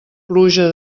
pluja